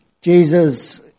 Jesus